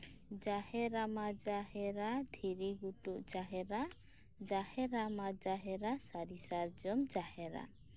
ᱡᱟᱦᱮᱨᱟ ᱢᱟ ᱡᱟᱦᱮᱨᱟ ᱫᱷᱤᱨᱤᱜᱷᱩᱴᱩ ᱡᱟᱦᱮᱨᱟ ᱡᱟᱦᱮᱨᱟ ᱢᱟ ᱡᱟᱦᱮᱨᱟ ᱥᱟᱹᱨᱤ ᱥᱟᱨᱡᱚᱢ ᱡᱟᱦᱮᱨᱟ